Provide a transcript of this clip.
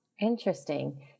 Interesting